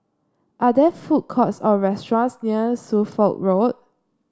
are there food courts or restaurants near Suffolk Road